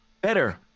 better